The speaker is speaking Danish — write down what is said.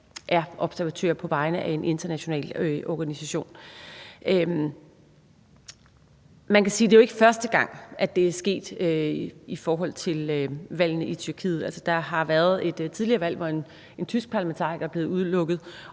er observatører på vegne af en international organisation. Man kan jo sige, at det ikke er første gang, det er sket i forhold til valgene i Tyrkiet. Altså, der har været et tidligere valg, hvor en tysk parlamentariker er blevet udelukket,